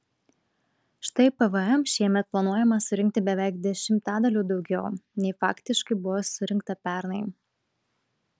štai pvm šiemet planuojama surinkti beveik dešimtadaliu daugiau nei faktiškai buvo surinkta pernai